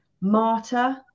martyr